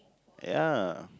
ya